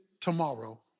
tomorrow